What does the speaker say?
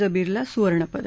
जबीरला सुवर्णपदक